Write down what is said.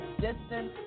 distance